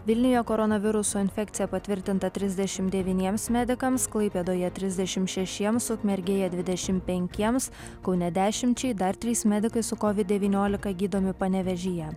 vilniuje koronaviruso infekcija patvirtinta trisdešimt devyniems medikams klaipėdoje trisdešimt šešiems ukmergėje dviedešimt penkiems kaune dešimčiai dar trys medikai su covid devyniolika gydomi panevėžyje